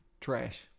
trash